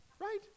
right